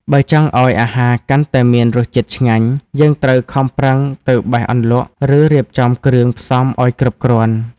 បើចង់ឱ្យអាហារកាន់តែមានរសជាតិឆ្ងាញ់ យើងត្រូវខំប្រឹងទៅបេះអន្លក់ ឬរៀបចំគ្រឿងផ្សំឱ្យគ្រប់គ្រាន់។